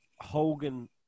Hogan